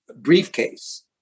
briefcase